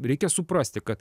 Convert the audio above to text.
reikia suprasti kad